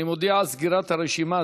אני מודיע על סגירת הרשימה.